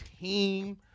team